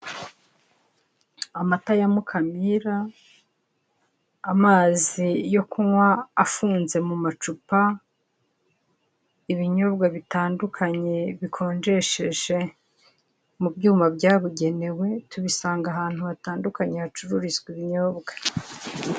Amata ya MUKAMIRA, amazi yo kunywa afunze mu macupa, ibinyobwa bitandukanye bikonjesheje mu byuma byabugenewe tubisanga ahantu hatandukanye hacururizwa ibinyobwa.